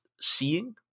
seeing